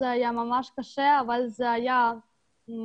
מה שהיה ממש קשה אבל זה היה אפשרי.